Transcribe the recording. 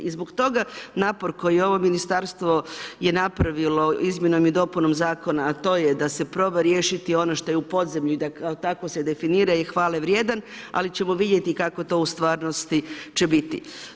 I zbog toga napor koji ovo Ministarstvo je napravilo Izmjenom i dopunom Zakona, a to je da se proba riješiti ono što je u podzemlju i da kao takvo se definira je hvale vrijedan, ali ćemo vidjeti kako to u stvarnosti će biti.